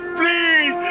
please